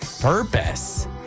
purpose